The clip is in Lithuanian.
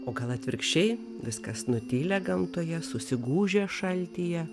o gal atvirkščiai viskas nutilę gamtoje susigūžę šaltyje